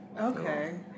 Okay